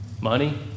Money